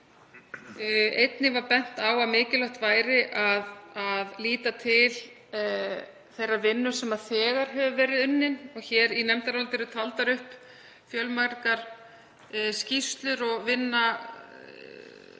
Einnig var bent á að mikilvægt væri að líta til þeirrar vinnu sem þegar hefur verið unnin. Hér í nefndaráliti eru taldar upp fjölmargar skýrslur og vinna